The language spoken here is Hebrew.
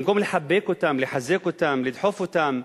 במקום לחבק אותם, לחזק אותם, לדחוף אותם,